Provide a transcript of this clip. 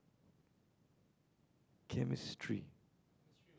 chemistry